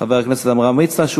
חבר הכנסת עמרם מצנע,